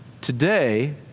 today